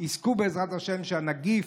יזכו שהנגיף